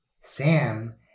Sam